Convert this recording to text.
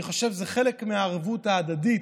אני חושב שזה חלק מהערבות ההדדית